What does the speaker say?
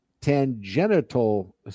tangential